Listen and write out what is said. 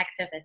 activist